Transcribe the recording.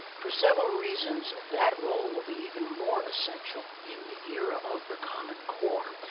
for several reasons, that role will be even more essential in the era of the common core.